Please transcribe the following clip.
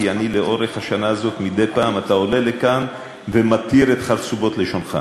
כי לאורך השנה אתה מדי פעם עולה לכאן ומתיר את חרצובות לשונך.